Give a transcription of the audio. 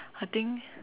I think